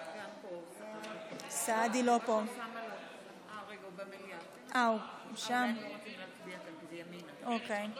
הצעת סיעות ימינה וישראל ביתנו להביע אי-אמון בממשלה לא